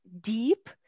deep